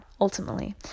ultimately